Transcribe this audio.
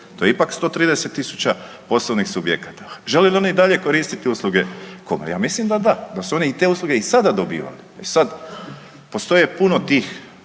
To je ipak 130 tisuća poslovnih subjekata. Žele li oni i dalje koristiti usluge Komore? Ja mislim da da, da su oni i te usluge i sada dobivali. E sad, postoje puno tih